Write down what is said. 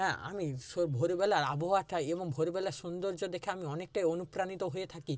হ্যাঁ আমি সেই ভোরবেলার আবহাওয়াটা এবং ভোরবেলার সৌন্দর্য দেখে আমি অনেকটাই অনুপ্রাণিত হয়ে থাকি